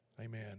Amen